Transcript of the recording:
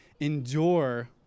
endure